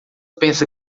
pensa